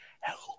Help